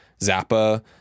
Zappa